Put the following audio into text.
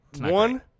one